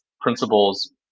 principles